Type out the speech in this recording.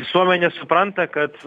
visuomenė supranta kad